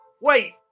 Wait